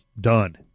done